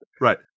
Right